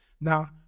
Now